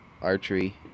archery